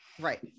right